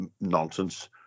nonsense